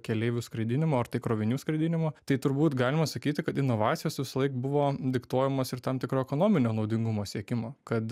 keleivių skraidinimo ar tai krovinių skraidinimo tai turbūt galima sakyti kad inovacijos visąlaik buvo diktuojamos ir tam tikro ekonominio naudingumo siekimo kad